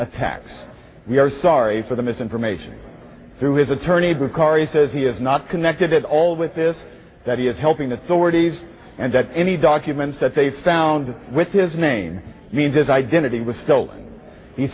attacks we are sorry for the misinformation through his attorney because he says he is not connected at all with this that he is helping authorities and that any documents that they found with his name means his identity was stolen he